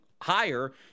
higher